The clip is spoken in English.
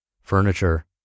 furniture